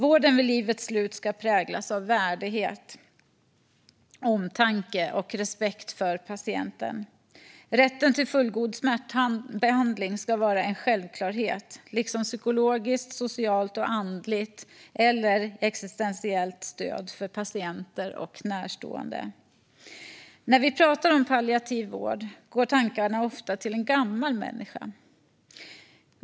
Vården vid livets slut ska präglas av värdighet, omtanke och respekt för patienten. Rätten till fullgod smärtbehandling ska vara en självklarhet, liksom psykologiskt, socialt och andligt eller existentiellt stöd för patienter och närstående. När vi pratar om palliativ vård går tankarna ofta till en gammal människa.